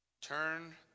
Turn